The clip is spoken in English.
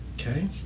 Okay